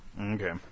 Okay